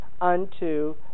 unto